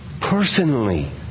personally